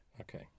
Okay